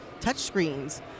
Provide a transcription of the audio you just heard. touchscreens